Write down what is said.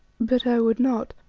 but i would not,